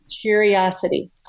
curiosity